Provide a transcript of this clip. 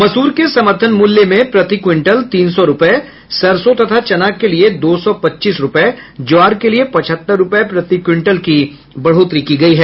मसूर के समर्थन मूल्य में प्रति क्विंटल तीन सौ रुपये सरसों तथा चना के लिए दो सौ पच्चीस रुपये ज्वार के लिए पचहत्तर रुपये प्रति क्विंटल की बढ़ोतरी की गई है